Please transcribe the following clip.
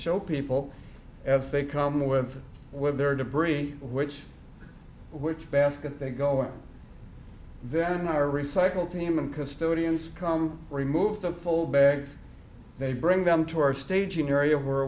show people as they come with with their debris which which basket they go and then our recycle team and custodians come remove the fold bags they bring them to our staging area were